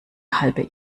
halbe